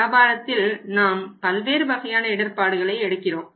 வியாபாரத்தில் நாம் பல்வேறு வகையான இடர்ப்பாடுகளை எடுக்கிறோம்